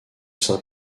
saint